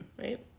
right